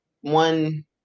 one